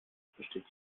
besteht